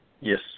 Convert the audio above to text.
Yes